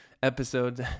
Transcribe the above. episodes